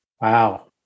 wow